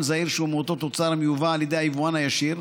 זעיר שהוא מאותו תוצרת המיובאת על ידי היבואן הישיר,